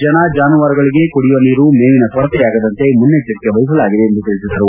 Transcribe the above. ಜನ ಜಾನುವಾರುಗಳಿಗೆ ಕುಡಿಯುವ ನೀರು ಮೇವಿನ ಕೊರತೆಯಾಗದಂತೆ ಮುನೈಚ್ದರಿಕೆ ವಹಿಸಲಾಗಿದೆ ಎಂದು ತಿಳಿಸಿದರು